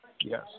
Yes